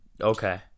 Okay